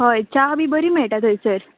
हय चा बी बरी मेळटा थंयसर